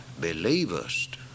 believest